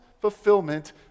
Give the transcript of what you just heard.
fulfillment